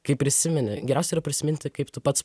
kai prisimeni geriausia yra prisiminti kaip tu pats